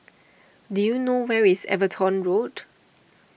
do you know where is Everton Road